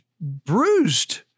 bruised